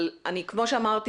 כמו שאמרתי,